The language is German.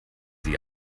sie